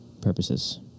purposes